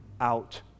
out